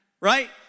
right